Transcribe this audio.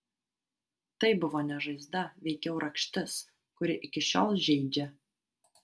tai buvo ne žaizda veikiau rakštis kuri iki šiol žeidžia